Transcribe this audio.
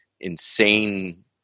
insane